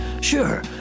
Sure